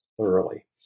thoroughly